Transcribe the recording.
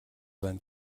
байна